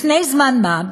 לפני זמן מה,